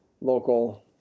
local